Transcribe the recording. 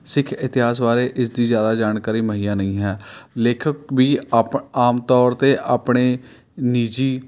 ਸਿੱਖ ਇਤਿਹਾਸ ਬਾਰੇ ਇਸਦੀ ਜ਼ਿਆਦਾ ਜਾਣਕਾਰੀ ਮੁਹੱਈਆ ਨਹੀਂ ਹੈ ਲੇਖਕ ਵੀ ਆਪ ਆਮ ਤੌਰ 'ਤੇ ਆਪਣੇ ਨਿੱਜੀ